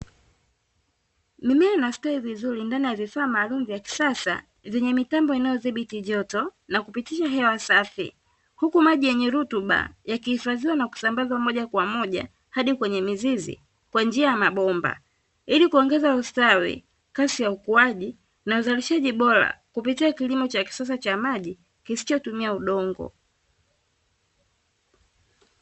Mimea inastawi vizuri ndani ya vifaa maalumu vya kisasa vyenye mitambo inayodhibiti joto na kupitisha hewa safi, huku maji yenye rutuba ya kihifadhiwa na kusambazwa moja kwa moja hadi kwenye mizizi kwa njia ya mabomba ili kuongeza ustawi, kasi ya ukuaji na uzalishaji bora kupitia kilimo cha kisasa cha maji kisichotumia udongo.